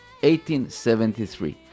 1873